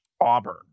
Auburn